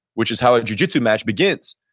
which is how a jujitsu match begins.